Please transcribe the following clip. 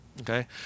okay